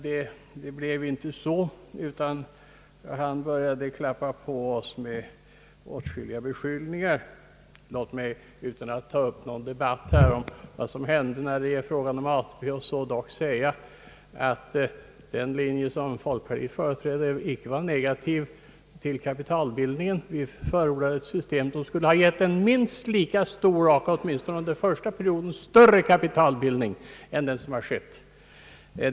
Det blev alltså inget bifallsyrkande, utan herr Einar Eriksson började klappa på oss med åtskilliga beskyllningar. Låt mig bara, utan att ta upp någon debatt om vad som hände när det var fråga om att införa ATP, dock säga, att den linje som folkpartiet företrädde i ATP-frågan inte var negativ till kapitalbildning. Vi förordade ett system, som skulle ha givit en minst lika stor och åtminstone under den första perioden större kapitalbildning än den som har skett.